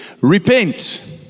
repent